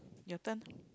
your turn